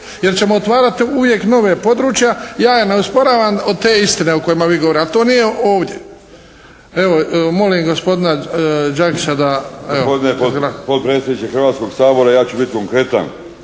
jer ćemo otvarati uvijek nova područja. Ja je ne osporavam od te istine o kojima vi govorite, ali to nije ovdje. Evo, molim gospodina Đakića da. **Đakić, Josip (HDZ)** Gospodine potpredsjedniče Hrvatskog sabora, ja ću biti konkretan,